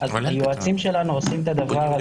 אז היועצים שלנו עושים את הדבר הזה.